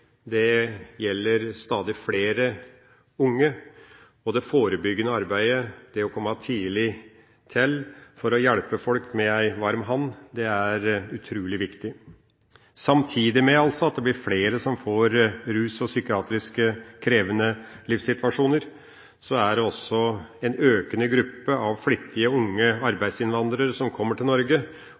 gjelder stadig flere unge, og det forebyggende arbeidet, det å komme tidlig inn for å hjelpe folk med en varm hånd, er utrolig viktig. Samtidig med at det blir flere som sliter med rus og psykiatrisk krevende livssituasjoner, er det også en økende gruppe av flittige, unge arbeidsinnvandrere som kommer til Norge,